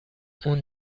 اون